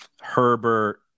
Herbert